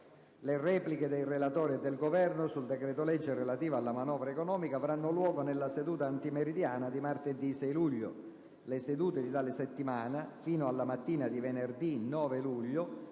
Le repliche dei relatori e del Governo sul decreto-legge relativo alla manovra economica avranno luogo nella seduta antimeridiana di martedì 6 luglio. Le sedute dì tale settimana, fino alla mattina di venerdì 9 luglio,